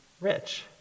rich